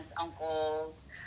uncles